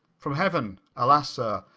from heaven! alas, sir,